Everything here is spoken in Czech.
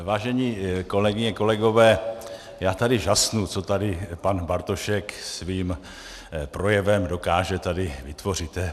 Vážené kolegyně, kolegové, já tady žasnu, co tady pan Bartošek svým projevem dokáže tady vytvořit.